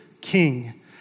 king